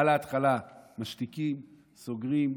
כבר בהתחלה משתיקים, סוגרים.